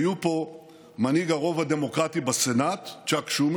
היו פה מנהיג הרוב הדמוקרטי בסנאט צ'אק שומר